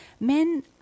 Men